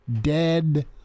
Dead